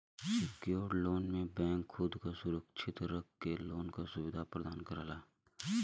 secured loan में bank खुद क सुरक्षित रख के लोन क सुविधा प्रदान करला